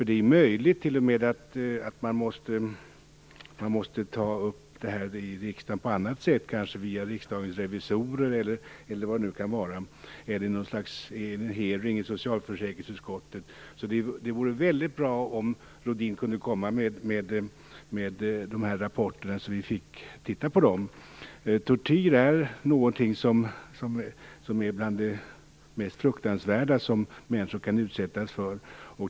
Det är möjligt att man t.o.m. måste ta upp detta i riksdagen på annat sätt, kanske via Riksdagens revisorer eller i en hearing i socialförsäkringsutskottet. Det vore väldigt bra om Rohdin kunde komma med dessa rapporter så vi fick titta på dem. Tortyr är något av det mest fruktansvärda människor kan utsättas för.